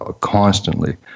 constantly